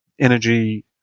energy